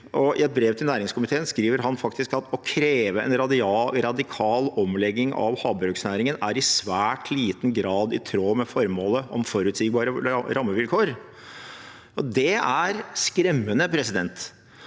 I et brev til næringskomiteen skriver han faktisk at å kreve en radikal omlegging av havbruksnæringen i svært liten grad er i tråd med formålet om forutsigbare rammevilkår. Det er skremmende, for det